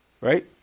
Right